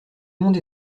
monde